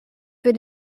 für